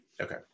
Okay